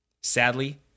Sadly